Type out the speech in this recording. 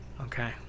okay